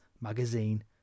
magazine